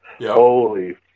Holy